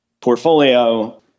portfolio